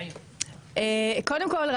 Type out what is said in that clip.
קודם כול,